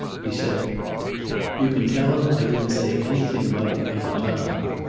he said you can tell him i didn't say anything about the other time